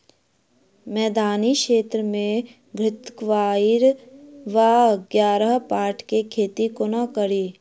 मैदानी क्षेत्र मे घृतक्वाइर वा ग्यारपाठा केँ खेती कोना कड़ी?